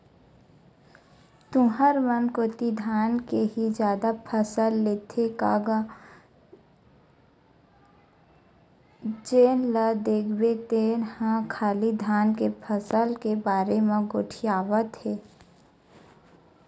तुंहर मन कोती धान के ही जादा फसल लेथे का गा जेन ल देखबे तेन ह खाली धान के फसल के बारे म गोठियावत हे?